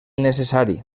necessari